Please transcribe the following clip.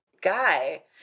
guy